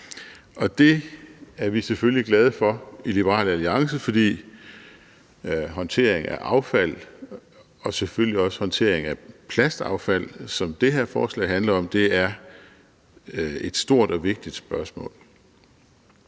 Det er vi selvfølgelig glade for i Liberal Alliance, for håndtering af affald og selvfølgelig også håndtering af plastaffald, som det her forslag handler om, er et stort og vigtigt spørgsmål.